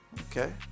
Okay